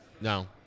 No